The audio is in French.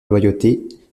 loyauté